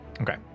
Okay